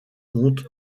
comtes